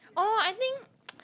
oh I think